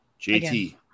JT